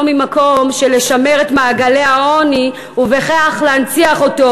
לא ממקום של לשמר את מעגלי העוני ובכך להנציח אותו,